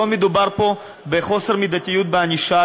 לא מדובר פה בחוסר מידתיות בענישה,